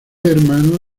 hermano